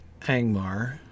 Angmar